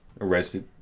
arrested